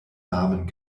namen